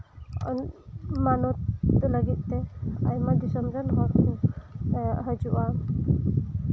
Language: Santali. ᱢᱟᱱᱚᱛ ᱞᱟᱹᱜᱤᱫ ᱛᱮ ᱟᱭᱢᱟ ᱫᱤᱥᱚᱢᱨᱮᱱ ᱦᱚᱲᱠᱚ ᱦᱤᱡᱩᱜᱼᱟ